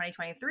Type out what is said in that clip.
2023